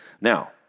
Now